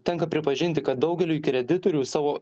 tenka pripažinti kad daugeliui kreditorių savo